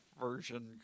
version